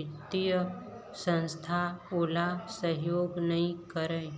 बित्तीय संस्था ओला सहयोग नइ करय